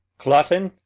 cloten,